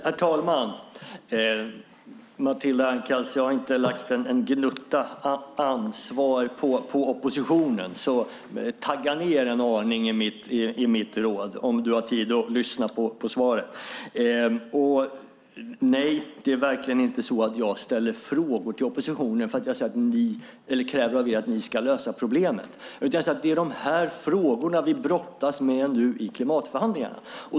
Herr talman! Jag har, Matilda Ernkrans, inte lagt en gnutta ansvar på oppositionen, så tagga ned en aning - det är mitt råd, om du har tid att lyssna på svaret! Nej, det är verkligen inte så att jag ställer frågor till oppositionen eller kräver av er att ni ska lösa problemen, utan jag säger: Det är de här frågorna vi brottas med nu i klimatförhandlingarna.